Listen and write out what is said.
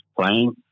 playing